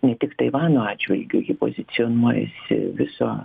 ne tik taivano atžvilgiu ji pozicionuojasi viso